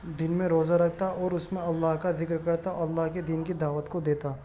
دن میں روزہ رکھتا اور اس میں اللہ کا ذکر کرتا اور اللہ کے دین کی دعوت کو دیتا